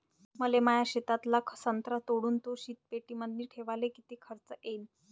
मले माया शेतातला संत्रा तोडून तो शीतपेटीमंदी ठेवायले किती खर्च येईन?